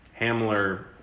Hamler